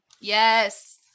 Yes